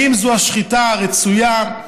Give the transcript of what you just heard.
האם זו השחיטה הרצויה?